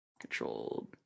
Controlled